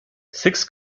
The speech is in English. six